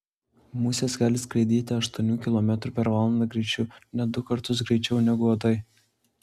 musės gali skraidyti aštuonių kilometrų per valandą greičiu net du kartus greičiau negu uodai